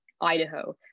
Idaho